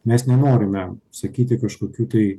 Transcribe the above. nes nenorime sakyti kažkokių tai